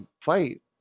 fight